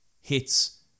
hits